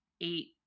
eight